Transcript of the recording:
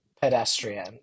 pedestrian